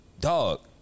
Dog